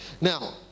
Now